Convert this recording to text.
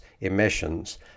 emissions